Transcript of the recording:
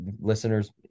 listeners